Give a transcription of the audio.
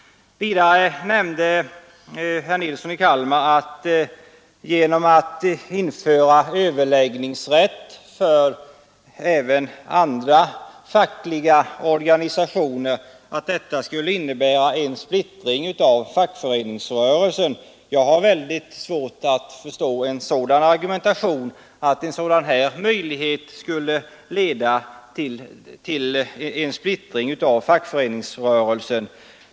Vidare sade herr Nilsson i Kalmar att införandet av en överläggningsrätt för även andra fackliga organisationer skulle innebära en splittring av fackföreningsrörelsen. Jag har mycket svårt att förstå att denna möjlighet skulle leda till en sådan splittring.